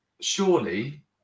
surely